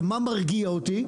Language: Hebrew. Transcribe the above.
מה מרגיע אותי?